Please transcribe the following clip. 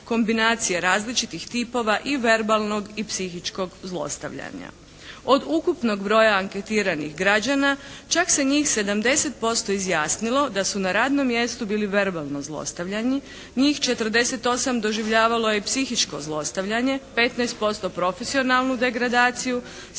kombinacije različitih tipova i verbalnog i psihičkog zlostavljanja. Od ukupnog broja anketiranih građana čak se njih 70% izjasnilo da su na radnom mjestu bili verbalno zlostavljani. Njih 48 doživljavalo je i psihičko zlostavljanje. 15% profesionalnu degradaciju.